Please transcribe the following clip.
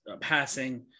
passing